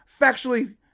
factually